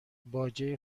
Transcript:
باجه